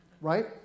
right